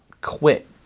quit